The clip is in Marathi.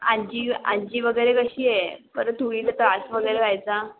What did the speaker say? आजी आजी वगैरे कशी आहे परत धुळीचा त्रास वगैरे व्हायचा